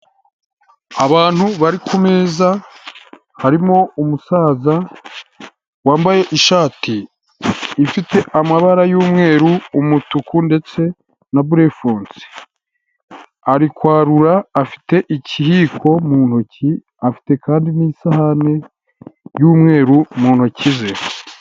Abantu bari ku meza harimo umusaza wambaye ishati ifite amabara y'umweru, umutuku ndetse na burefonsi, ari kwarura afite ikiyiko mu ntoki afite kandi n'isahani y'umweru mu ntoki ze.